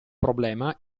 problema